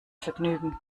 vergnügen